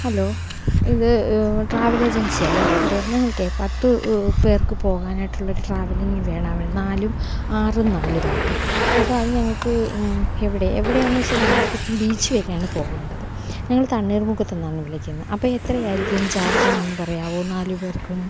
hello ഇത് travel ഏജൻസിയല്ലേ അതേ ഞങ്ങൾക്കേ പത്തു പേർക്ക് പോകാനായിട്ടുള്ളൊരു ട്രാവലിങ്ങ് വേണം നാലും ആറും നാലുവായിട്ട് അപ്പം അത് ഞങ്ങൾക്ക് എവിടെ എവിടെയാന്ന് വെച്ചാൽ ഞങ്ങൾക്കിപ്പം ബീച്ചി വരെയാണ് പോവേണ്ടത് ഞങ്ങൾ തണ്ണീർമുഖത്തുന്നാണ് വിളിക്കുന്നത് അപ്പയെത്രയായിരിക്കും ചാർജ്ന്നൊന്ന് പറയാവോ നാല് പേർക്കൂടെ